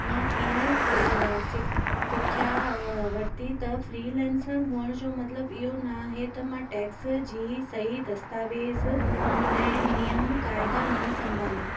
मां ईअं सिखिया वरिती त फ्री लैंसण हुअण जो मतिलब इहो न आहे त मां टैक्स जी सई दस्तावेज़ु ऐं नियम काइदा न संभालिया